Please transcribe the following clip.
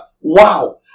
Wow